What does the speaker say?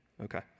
Okay